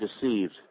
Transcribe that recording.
deceived